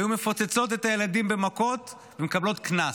היו מפוצצות את הילדים במכות ומקבלות קנס,